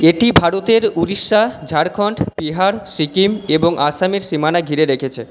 এটি ভারতের উড়িষ্যা ঝাড়খণ্ড বিহার সিকিম এবং আসামের সীমানা ঘিরে রেখেছে